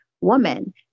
woman